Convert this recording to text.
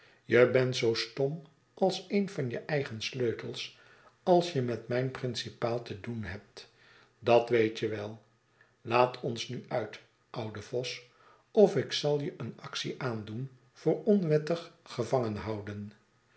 je bent zoo stom als een van je eigen sleutels als je met mijn principaal te doen hebt dat weet je wel laat ons nu uit oude vos of ik zal je een actie aandoen voor onwettig